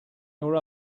your